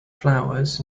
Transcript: flowers